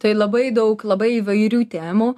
tai labai daug labai įvairių temų